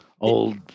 old